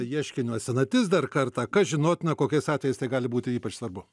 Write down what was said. ieškinio senatis dar kartą kas žinotina kokiais atvejais tai gali būti ypač svarbu